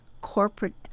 corporate